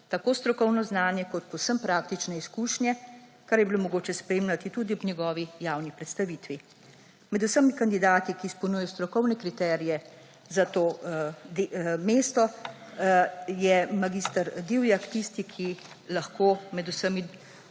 tako strokovno znanje kot povsem praktične izkušnje, kar je bilo mogoče spremljati tudi ob njegovi javni predstavitvi. Med vsemi kandidati, ki izpolnjujejo strokovne kriterije za to mesto, je mag. Divjak tisti, ki lahko med vsemi